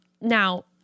Now